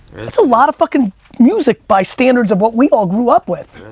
it's a lot of fucking music by standards of what we all grew up with.